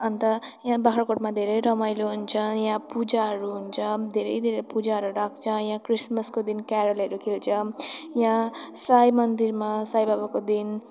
अन्त यहाँ बाख्राकोटमा धेरै रमाइलो हुन्छ यहाँ पूजाहरू हुन्छ धेरै धेरै पूजाहरू राख्छ यहाँ क्रिसमसको दिन केरोलहरू खेल्छौँ यहाँ साईँ मन्दिरमा साईँ बाबाको दिन